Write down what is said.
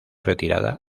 retirada